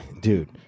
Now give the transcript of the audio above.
Dude